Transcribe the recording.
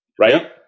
Right